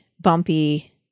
bumpy